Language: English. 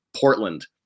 Portland